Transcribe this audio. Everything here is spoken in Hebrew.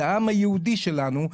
זה העם היהודי שלנו,